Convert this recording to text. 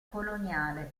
coloniale